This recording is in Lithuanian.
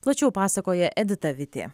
plačiau pasakoja edita vitė